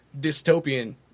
dystopian